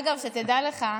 אגב, שתדע לך,